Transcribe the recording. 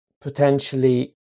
potentially